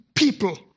People